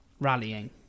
rallying